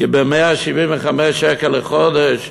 כי ב-175 שקלים לחודש,